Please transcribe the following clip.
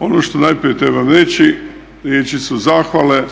Ono što najprije trebam reći riječi su zahvale